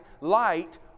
light